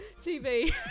tv